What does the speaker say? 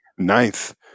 ninth